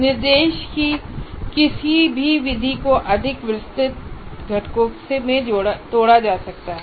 निर्देश की किसी भी विधि को अधिक विस्तृत घटकों में तोड़ा जा सकता है